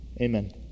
Amen